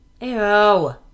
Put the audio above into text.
Ew